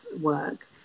work